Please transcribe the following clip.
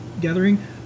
gathering